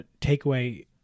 takeaway